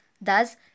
thus